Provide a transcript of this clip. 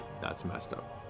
that's messed up.